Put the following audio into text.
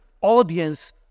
audience